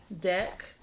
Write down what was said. deck